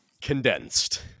condensed